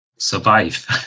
survive